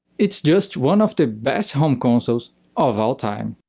it's just one of the best home consoles of all time.